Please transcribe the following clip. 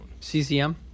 CCM